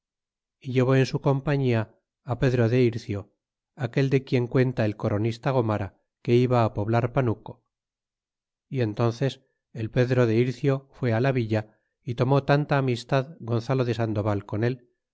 y llevó en su compañía pedro de ircio aquel de quien cuenta el coronista gomara que iba poblar panuco y entnnces el pedro de ircio fué la villa y tomó tanta amistad gonzalo de sandoval con al